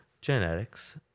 genetics